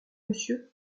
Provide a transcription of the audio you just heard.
monsieur